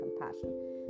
compassion